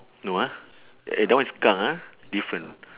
no ah eh that one is skunk ah different